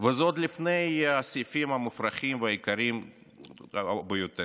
וזה עוד לפני הסעיפים המופרכים והיקרים ביותר.